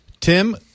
Tim